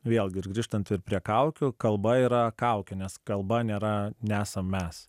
vėlgi ir grįžtant ir prie kaukių kalba yra kaukė nes kalba nėra nesam mes